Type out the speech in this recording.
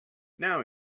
now